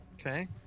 Okay